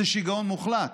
זה שיגעון מוחלט,